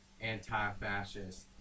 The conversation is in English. anti-fascist